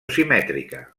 simètrica